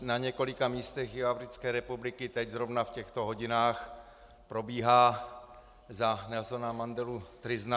Na několika místech Jihoafrické republiky teď zrovna v těchto hodinách probíhá za Nelsona Mandelu tryzna.